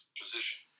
position